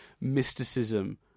mysticism